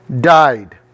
died